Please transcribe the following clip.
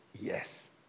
yes